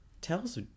tells